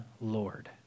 Lord